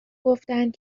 گفتند